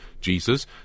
Jesus